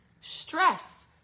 stress